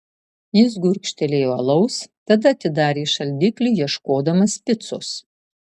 jis gurkštelėjo alaus tada atidarė šaldiklį ieškodamas picos